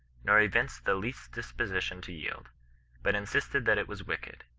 nor evinced the least disposition to yield but insisted that it was wicked,